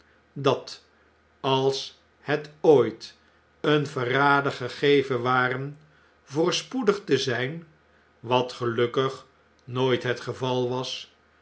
dat als het ooit een verrader gegeven ware voorspoedig te zijn wat gelukkig nooit het geval was